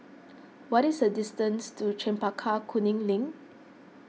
what is the distance to Chempaka Kuning Link